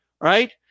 right